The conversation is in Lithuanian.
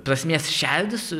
prasmės šerdis